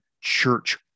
church